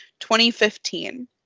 2015